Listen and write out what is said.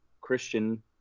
Christian